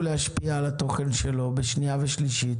להשפיע על התוכן שלו בשנייה ושלישית,